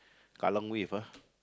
Kallang Wave ah